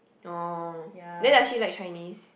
no then does she like Chinese